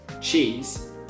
cheese